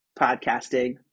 podcasting